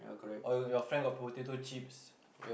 or your friends got potato chips